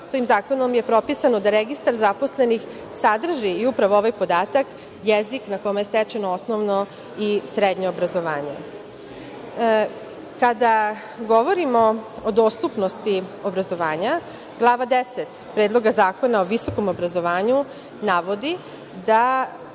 tim zakonom je propisano da registar zaposlenih sadrži i upravo ovaj podatak, jezik na kome je stečeno osnovno i srednje obrazovanje. Kada govorimo o dostupnosti obrazovanja glava 10 Predloga zakona o visokom obrazovanju navodi da